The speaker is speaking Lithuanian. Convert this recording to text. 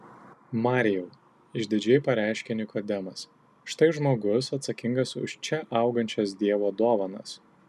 marijau išdidžiai pareiškė nikodemas štai žmogus atsakingas už čia augančias dievo dovanas